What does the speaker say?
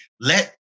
let